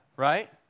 right